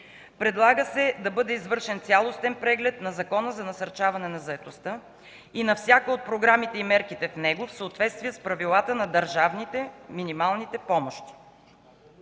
Предлага се да бъде извършен цялостен преглед на Закона за насърчаване на заетостта и на всяка от програмите и мерките в него, в съответствие с правилата на държавните/минималните помощи.